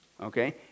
okay